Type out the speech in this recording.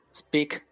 speak